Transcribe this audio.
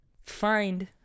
Find